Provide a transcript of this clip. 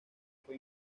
fue